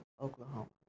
Oklahoma